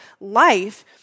life